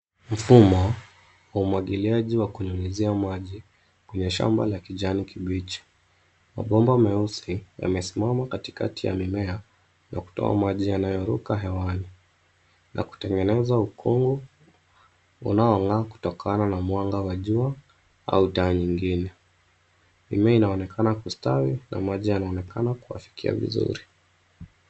Mfumo wa umwagiliaji wa kunyunyizia maji kwenye shamba la kijani kibichi. Mabomba meusi yamesimama katikati ya mimea na kutoa maji yanayoruka hewani na kutengeneza ukungu unaong'aa kutokana na mwanga wa jua au taa nyingine. Mimea inaonekana kustawi na maji yanaonekana kuwafikia vizuri